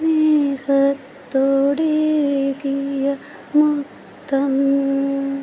സ്നേഹത്തോടെകിയ മുത്തം